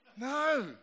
No